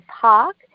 Park